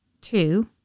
two